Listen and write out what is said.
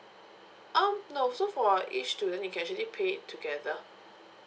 orh no so for each student you can actually pay it together